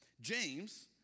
James